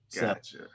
Gotcha